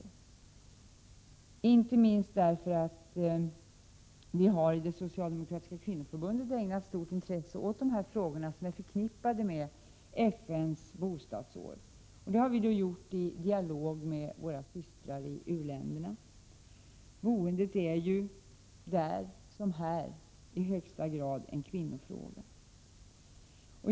Jag gör det inte minst därför att vi i det socialdemokratiska kvinnoförbundet har ägnat stort intresse åt den frågan, som är förknippad med FN:s bostadsår. Det har vi gjort i dialog med våra systrar i u-länderna, för boendet är ju där som här i högsta grad en kvinnofråga.